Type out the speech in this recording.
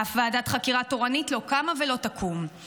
אף ועדת חקירה תורנית לא קמה ולא תקום.